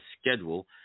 schedule